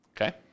Okay